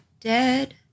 dead